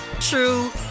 true